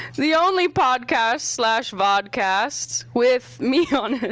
the only podcast slash vodcast with me on it.